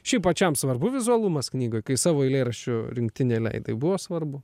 šiaip pačiam svarbu vizualumas knygoj kai savo eilėraščių rinktinę leidai buvo svarbu